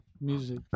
music